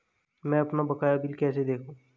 मैं अपना बकाया बिल कैसे देखूं?